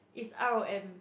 it's r_o_m